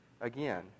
again